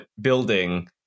building